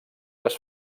les